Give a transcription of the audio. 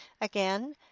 again